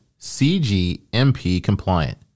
CGMP-compliant